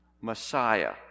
Messiah